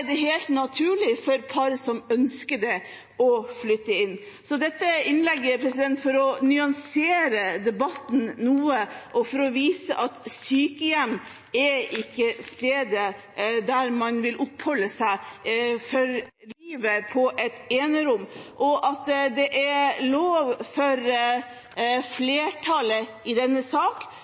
helt naturlig for par som ønsker det, å flytte inn. Dette innlegget er altså for å nyansere debatten noe, for å vise at sykehjem ikke er stedet der man vil oppholde seg for livet på et enerom, og at det er lov for flertallet i denne sak